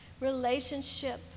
relationship